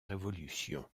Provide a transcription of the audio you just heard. révolution